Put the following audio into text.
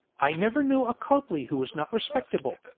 i never knew a copley who was not respectable,